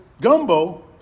gumbo